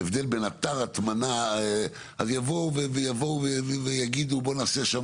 אז ההבדל בין אתר הטמנה אז יבואו ויגידו בואו נעשה שם